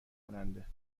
کننده